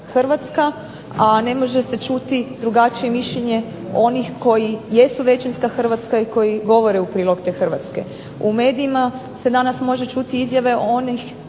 Hrvatska, a ne može se čuti drugačije mišljenje onih koji jesu većinska Hrvatska i koji govore u prilog te Hrvatske. U medijima se danas može čuti izjave onih